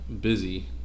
busy